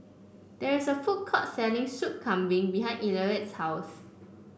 there is a food court selling Soup Kambing behind Elliott's house